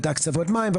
בהקצבות מים,